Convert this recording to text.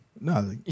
No